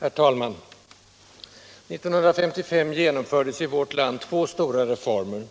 Herr talman! 1955 genomfördes i vårt land två stora reformer: